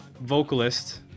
vocalist